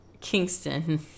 Kingston